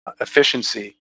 efficiency